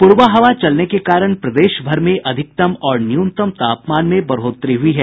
प्रबा हवा चलने के कारण प्रदेश भर में अधिकतम और न्यूनतम तापमान में बढ़ोतरी हुई है